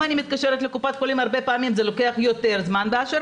אם אני מתקשרת לקופת חולים הרבה פעמים זה לוקח יותר זמן מאשר